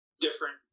different